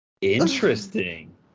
Interesting